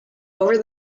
over